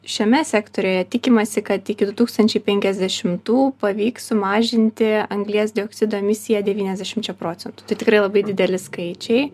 šiame sektoriuje tikimasi kad iki du tūkstančiai penkiasdešimtų pavyks sumažinti anglies dioksido emisija devyniasdešimčia procentų tai tikrai labai dideli skaičiai